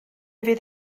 fydd